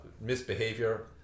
misbehavior